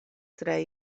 tre